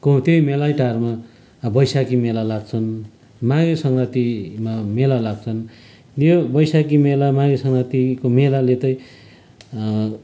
को त्यही मेलैटारमा अब बैशाखी मेला लाग्छन् माघे सङ्क्रान्तिमा मेला लाग्छन् यो बैशाखी मेलामा यो सङ्क्रान्तिको मेलाले चाहिँ